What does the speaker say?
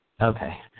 Okay